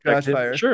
sure